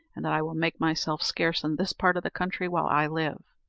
and that i will make myself scarce in this part of the country while i live.